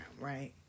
right